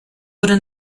wurde